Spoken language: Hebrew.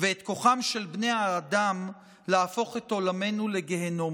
ואת כוחם של בני האדם להפוך את עולמנו לגיהינום.